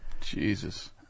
jesus